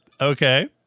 Okay